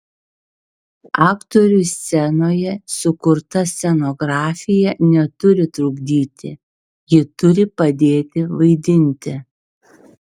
aktoriui scenoje sukurta scenografija neturi trukdyti ji turi padėti vaidinti